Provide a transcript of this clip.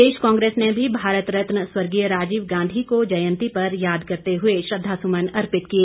प्रदेश कांग्रेस ने भी भारत रत्न स्वर्गीय राजीव गांधी को जयंती पर याद करते हुए श्रद्धासुमन अर्पित किए